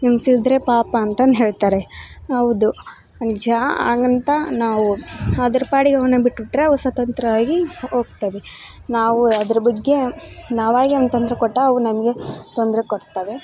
ಹಿಂಸಿಸಿದ್ದರೆ ಪಾಪ ಅಂತಂದು ಹೇಳ್ತಾರೆ ಹೌದು ನಿಜ ಹಂಗಂತ ನಾವು ಅದ್ರ ಪಾಡಿಗೆ ಅವನ್ನ ಬಿಟ್ಬಿಟ್ಟರೆ ಅವು ಸ್ವತಂತ್ರವಾಗಿ ಹೋಗ್ತದೆ ನಾವು ಅದ್ರ ಬಗ್ಗೆ ನಾವಾಗೇ ಅವನ್ನು ತೊಂದರೆ ಕೊಟ್ಟಾಗ ಅವು ನಮಗೆ ತೊಂದರೆ ಕೊಡ್ತವೆ